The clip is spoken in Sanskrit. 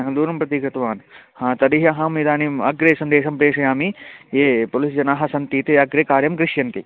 अह दूरं प्रति गतवान् ह तर्हि अहम् इदानीम् अग्रे सन्देशं प्रेषयामि ये पोलिश्जनाः सन्ति ते अग्रे कार्यं करिष्यन्ति